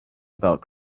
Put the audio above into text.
about